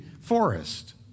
forest